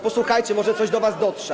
Posłuchajcie, może coś do was dotrze.